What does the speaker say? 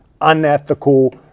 unethical